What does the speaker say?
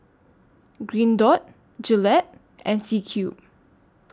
Green Dot Gillette and C Cube